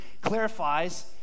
clarifies